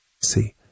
See